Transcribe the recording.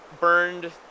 burned